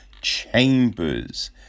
Chambers